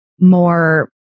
more